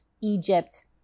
Egypt